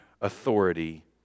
authority